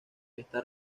está